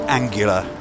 angular